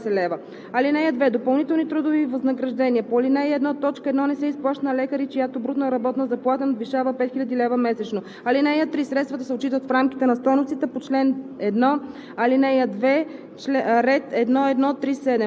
в размер на 360 лв.; 3. на санитари – в размер на 120 лв. (2) Допълнителни трудови възнаграждения по ал. 1, т. 1 не се изплащат на лекари, чиято брутна работна заплата надвишава 5 000 лв. месечно. (3) Средствата се отчитат в рамките на стойностите